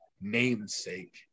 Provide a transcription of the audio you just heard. namesake